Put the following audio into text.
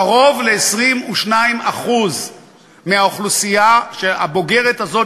קרוב ל-22% מהאוכלוסייה הבוגרת הזאת